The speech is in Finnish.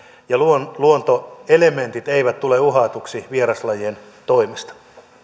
ja luontoelementit eivät tule uhatuiksi vieraslajien toimesta